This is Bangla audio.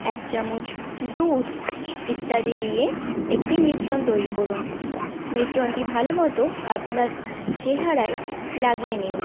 এক চামচ দুধ ইত্যাদি দিয়ে একটি মিশ্রণ তৈরি করুন মিশ্রণটি ভালো মতো আপনার চেহারায় লাগিয়ে নিন